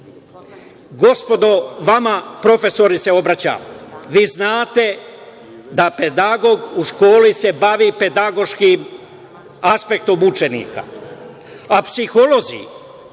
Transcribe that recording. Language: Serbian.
vama, profesori, se obraćam. Vi znate da pedagog u školi se bavi pedagoškim aspektom učenika, a psiholozi,